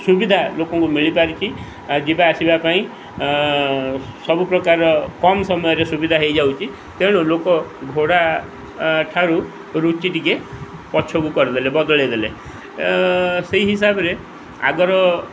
ସୁବିଧା ଲୋକଙ୍କୁ ମିଳିପାରିଛିି ଯିବା ଆସିବା ପାଇଁ ସବୁପ୍ରକାର କମ ସମୟରେ ସୁବିଧା ହେଇଯାଉଛିି ତେଣୁ ଲୋକ ଘୋଡ଼ା ଠାରୁ ରୁଚି ଟିକେ ପଛକୁ କରିଦେଲେ ବଦଳାଇ ଦେଲେ ସେହି ହିସାବରେ ଆଗର